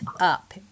up